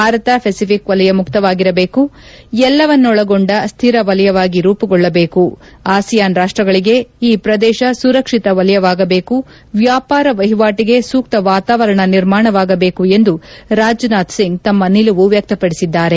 Bharat Pacific ವಲಯ ಮುಕ್ತವಾಗಿರಬೇಕು ಎಲ್ಲವನ್ನೊಳಗೊಂಡ ಶ್ಲಿರ ವಲಯವಾಗಿ ರೂಮಗೊಳ್ಳಬೇಕು ಆಸಿಯಾನ್ ರಾಷ್ಟಗಳಿಗೆ ಈ ಪ್ರದೇಶ ಸುರಕ್ಷಿತ ವಲಯವಾಗಬೇಕು ವ್ಯಾಪಾರ ವಹಿವಾಟಿಗೆ ಸೂಕ್ತ ವಾತಾವರಣ ನಿರ್ಮಾಣವಾಗಬೇಕು ಎಂದು ರಾಜನಾಥ್ ಸಿಂಗ್ ಶಮ್ಮ ನಿಲುವು ವ್ಯಕ್ತಪಡಿಸಿದ್ದಾರೆ